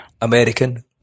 American